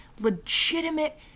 legitimate